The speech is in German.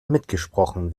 mitgesprochen